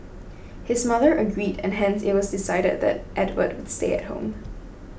his mother agreed and hence it was decided that Edward would stay at home